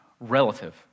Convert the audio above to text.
relative